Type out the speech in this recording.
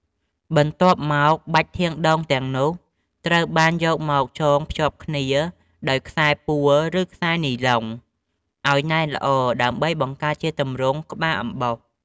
បន្ទាប់មកបាច់ធាងដូងទាំងនោះត្រូវបានយកមកចងភ្ជាប់គ្នាដោយខ្សែពួរឬខ្សែនីឡុង ឲ្យណែនល្អ ដើម្បីបង្កើតជាទម្រង់ក្បាលអំបោស។